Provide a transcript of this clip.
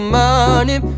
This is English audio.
money